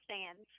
stands